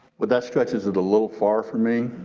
well that stretches it a low far for me.